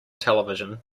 television